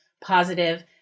positive